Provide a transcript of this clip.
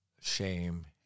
shame